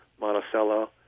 Monticello